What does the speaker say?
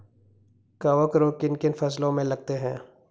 कवक रोग किन किन फसलों में लगते हैं?